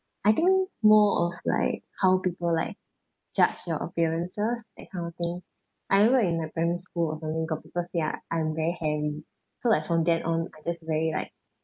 I think more of like how people like judge your appearances that kind of thing I remember in my primary school apparently got people say I I'm very hairy so like from then on I just very like